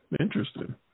Interesting